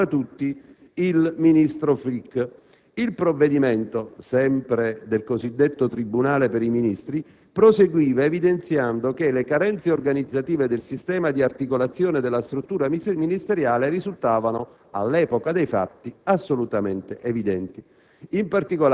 altri Ministri della giustizia, prima fra tutti il ministro Flick (...)». Il provvedimento del cosiddetto tribunale per i Ministri proseguiva evidenziando che: «Le carenze organizzative del sistema di articolazione della struttura ministeriale risultavano all'epoca dei fatti